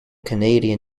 canadian